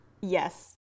Yes